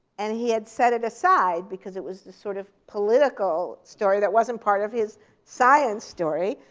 and he had set it aside because it was this sort of political story that wasn't part of his science story.